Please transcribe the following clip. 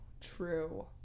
true